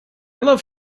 love